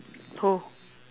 who